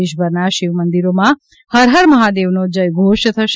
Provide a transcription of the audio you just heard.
દેશભરના શિવ મંદિરોમાં હર હર મહાદેવનો જય ઘોષ થશે